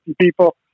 people